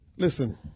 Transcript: Listen